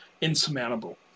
insurmountable